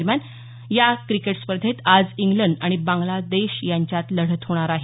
दरम्यान विश्वचषक क्रिकेट स्पर्धेत आज इंग्लंड आणि बांगलादेश यांच्यात लढत होणार आहे